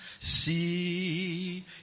See